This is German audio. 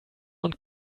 und